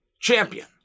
champion